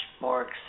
more